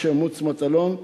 משה מוץ מטלון,